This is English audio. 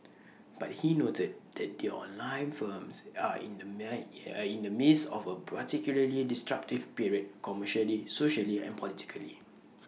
but he noted that the online firms are in the are in the midst of A particularly disruptive period commercially socially and politically